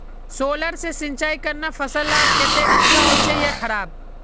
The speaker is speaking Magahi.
सोलर से सिंचाई करना फसल लार केते अच्छा होचे या खराब?